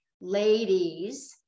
ladies